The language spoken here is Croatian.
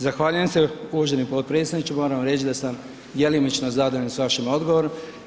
Zahvaljujem se uvaženi potpredsjedniče, moram reći da sam djelomično zadovoljan sa vašim odgovorom.